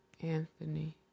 Anthony